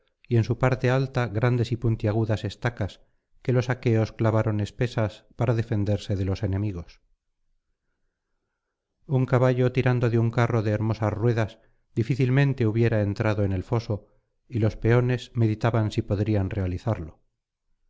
y en su parte alta grandes y puntiagudas estacas que los aqueos clavaron espesas para defenderse de los enemigos un caballo tirando de un carro de hermosas ruedas difícilmente hubiera entrado en el foso y los peones meditaban si podrían realizarlo